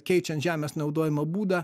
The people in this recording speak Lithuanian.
keičiant žemės naudojimo būdą